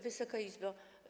Wysoka Izbo!